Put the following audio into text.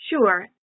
Sure